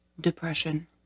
Depression